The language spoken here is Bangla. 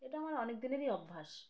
এটা আমার অনেক দিনেরই অভ্যাস